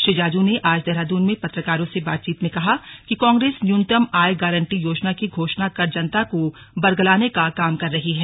श्री जाजू ने आज देहरादून में पत्रकारों से बातचीत में कहा कि कांग्रेस न्यूनतम आय गांरटी योजना की घोषणा कर जनता को बरगलाने का काम कर रही है